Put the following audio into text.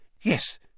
Yes